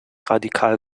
radikal